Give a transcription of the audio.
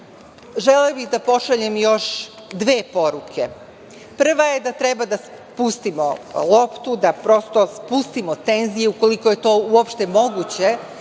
želela bih da pošaljem još dve poruke. Prva je da treba da spustimo loptu, da prosto spustimo tenzije, ukoliko je to uopšte moguće,